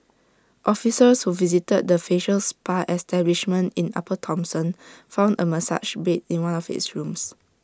officers who visited the facial spa establishment in upper Thomson found A massage bed in one of its rooms